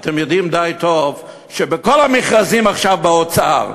אתם יודעים די טוב שבכל המכרזים עכשיו באוצר,